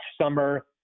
summer